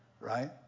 right